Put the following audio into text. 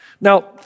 Now